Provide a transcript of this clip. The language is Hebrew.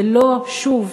ולא, שוב,